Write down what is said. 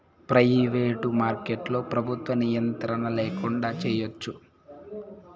private మార్కెట్లో ప్రభుత్వ నియంత్రణ ల్యాకుండా చేయచ్చు